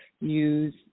use